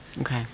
okay